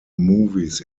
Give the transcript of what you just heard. movies